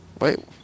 Wait